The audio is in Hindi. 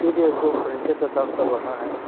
इसके लिए हमको फर्नीचर का काम करवाना है